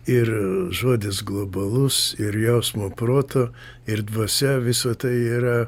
ir žodis globalus ir jausmo proto ir dvasia visa tai yra